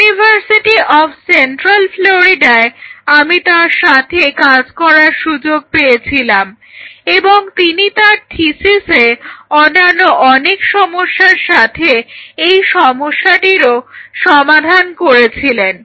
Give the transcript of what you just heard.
university of central ফ্লোরিডায় আমি তার সাথে কাজ করবার সুযোগ পেয়েছিলাম এবং তিনি তাঁর থিসিসে অন্যান্য অনেক সমস্যার সাথে এই সমস্যাটিরও সমাধান করেছিলেন